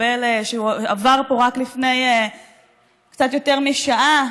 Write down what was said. שעבר פה רק לפני קצת יותר משעה,